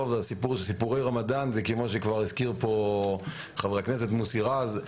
שסיפורי רמדאן זה כמו שהזכיר חבר הכנסת מוסי רז,